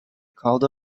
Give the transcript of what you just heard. called